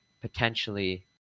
potentially